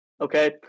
Okay